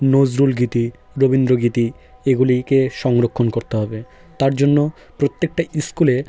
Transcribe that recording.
নজরুল গীতি রবীন্দ্র গীতি এগুলিকে সংরক্ষণ করতে হবে তার জন্য প্রত্যেকটা স্কুলে